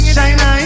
Shine